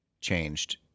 changed